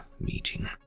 meeting